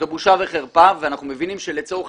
זו בושה וחרפה ואנחנו מבינים שלצורך